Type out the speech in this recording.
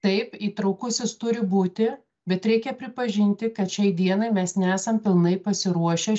taip įtraukusis turi būti bet reikia pripažinti kad šiai dienai mes nesam pilnai pasiruošę